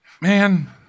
Man